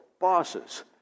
bosses